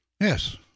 Yes